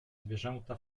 zwierzęta